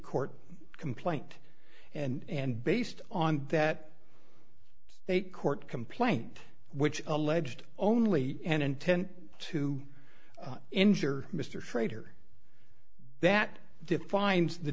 court complaint and based on that state court complaint which alleged only an intent to injure mr schrader that defines the